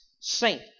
saint